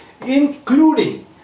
including